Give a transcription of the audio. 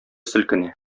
селкенә